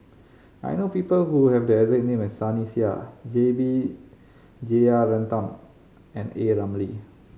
I know people who have the exact name as Sunny Sia J B Jeyaretnam and A Ramli